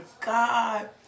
God